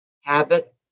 habit